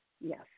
Yes